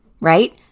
Right